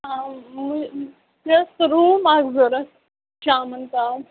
مےٚ ٲس روٗم اَکھ ضوٚرَتھ شامَن تام